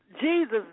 Jesus